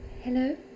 Hello